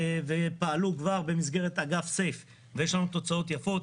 ופעלו כבר במסגרת אגף סייף ויש לנו תוצאות יפות.